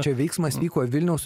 čia veiksmas vyko vilniaus